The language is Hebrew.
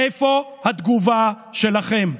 איפה התגובה שלכם?